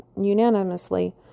unanimously